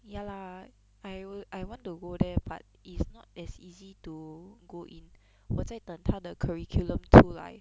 ya lah I will I want to go there but it's not as easy to go in 我在等他的 curriculum 出来